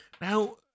Now